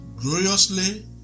gloriously